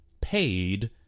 paid